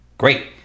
Great